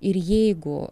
ir jeigu